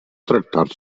tractar